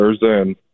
Thursday